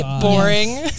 boring